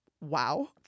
wow